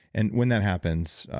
and when that happens,